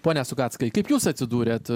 pone sugatskai kaip jūs atsidūrėt